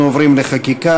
אנחנו עוברים לחקיקה.